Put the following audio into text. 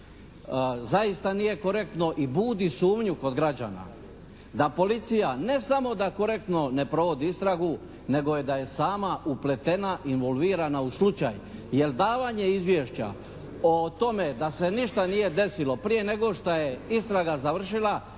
zaista nije korektno i budi sumnju kod građana da policija ne samo da korektno ne provodi istragu nego da je sama upletena, involvirana u slučaj jer davanje izvješća o tome da se ništa nije desilo prije nego što je istraga završila